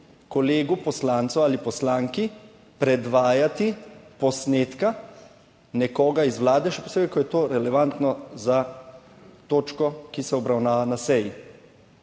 kolegu poslancu ali poslanki predvajati posnetka nekoga iz Vlade, še posebej ko je to relevantno za točko, ki se obravnava na seji.